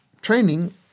training